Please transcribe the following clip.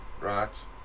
right